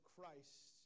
Christ